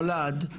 נמצא פה?